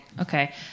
Okay